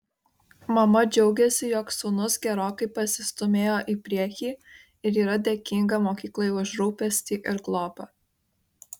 mama džiaugiasi jog sūnus gerokai pasistūmėjo į priekį ir yra dėkinga mokyklai už rūpestį ir globą